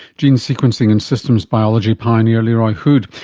gene sequencing and systems biology pioneer leroy hood,